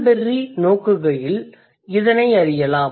Cranberry நோக்குகையில் இதனை அறியலாம்